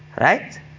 Right